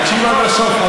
תקשיב עד הסוף.